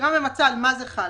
סקירה ממצה על מה זה חל.